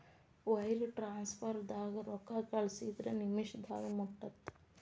wire ಟ್ರಾನ್ಸ್ಫರ್ದಾಗ ರೊಕ್ಕಾ ಕಳಸಿದ್ರ ನಿಮಿಷದಾಗ ಮುಟ್ಟತ್ತ